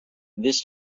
this